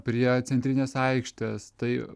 prie centrinės aikštės tai